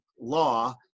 law